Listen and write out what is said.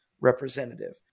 representative